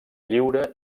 lliure